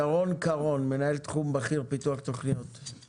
ירון קרון, מנהל תחום בכיר פיתוח תכניות, בבקשה.